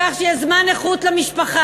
בכך שיהיה זמן איכות למשפחה,